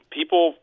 people